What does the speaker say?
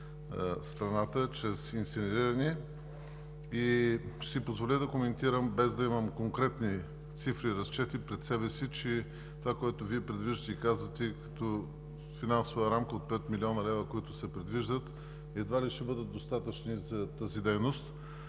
без да имам конкретни цифри и разчети пред себе си, че това, което Вие предвиждате и казвате като финансова рамка от 5 млн. лв., които се предвиждат, едва ли ще бъдат достатъчни за тази дейност.